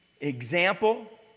example